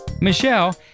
Michelle